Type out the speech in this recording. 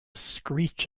screech